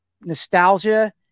nostalgia